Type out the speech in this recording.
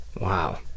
Wow